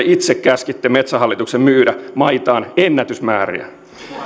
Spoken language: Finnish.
itse käskitte metsähallituksen myydä maitaan ennätysmääriä